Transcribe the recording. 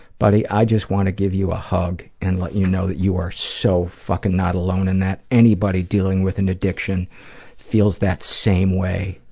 buddy, i just wanna give you a hug and let you know that you are so fuckin' not alone in that. anybody dealing with an addiction feels that same way.